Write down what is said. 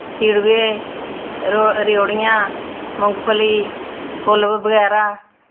चिड़वे रेऊड़ियां मुगफली फुल्ल बगैरा